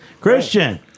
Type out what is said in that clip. Christian